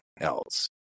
else